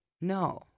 No